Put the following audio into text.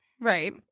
right